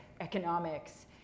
economics